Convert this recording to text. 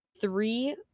three